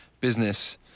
business